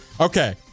Okay